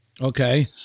okay